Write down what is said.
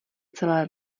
celé